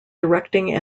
directing